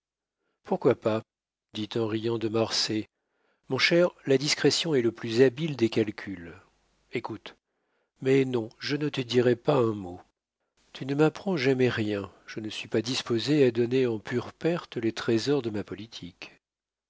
pourquoi pas dit en riant de marsay mon cher la discrétion est le plus habile des calculs écoute mais non je ne te dirai pas un mot tu ne m'apprends jamais rien je ne suis pas disposé à donner en pure perte les trésors de ma politique